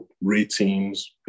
ratings